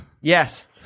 Yes